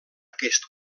aquest